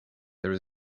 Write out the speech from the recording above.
there